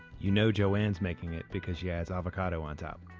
you know joanne's making it because she adds avocado on top.